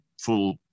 full